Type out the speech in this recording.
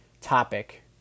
topic